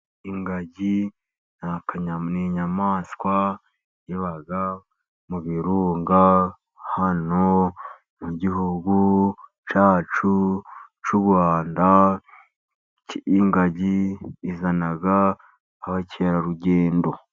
Ingagi n'inyamyamaswa iba mu birunga, hano mu gihugu cyacu cy'u Rwanda. Ingagi zizana ba mukerarugendo.